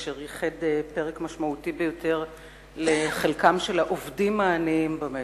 אשר ייחד פרק משמעותי ביותר לחלקם של העובדים העניים במשק.